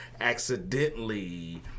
accidentally